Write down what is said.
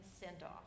send-off